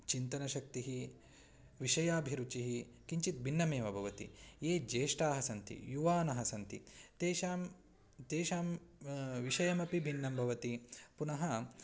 चिन्तनशक्तिः विषयाभिरुचिः किञ्चित् भिन्नमेव भवति ये ज्येष्ठाः सन्ति युवानः सन्ति तेषां तेषां विषयमपि भिन्नं भवति पुनः